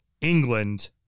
England